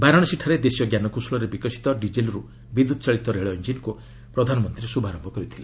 ବାରାଣସୀଠାରେ ଦେଶୀୟ ଜ୍ଞାନକୌଶଳରେ ବିକଶିତ ଡିକେଲରୁ ବିଦ୍ୟୁତ୍ ଚାଳିତ ରେଳ ଇଞ୍ଜିନ୍କୁ ପ୍ରଧାନମନ୍ତ୍ରୀ ଶୁଭାରମ୍ଭ କରିଛନ୍ତି